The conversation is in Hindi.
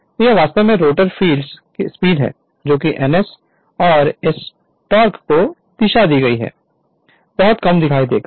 तो यह वास्तव में रोटर फील्ड की स्पीड है जो कि ns है और इस टोक़ की दिशा दी गई है कि बहुत कम दिखाई देगा